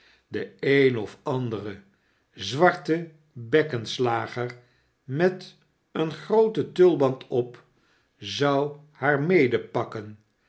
de een of andere zwarte bekkenslager met een grooten tulband op zou haar